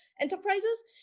enterprises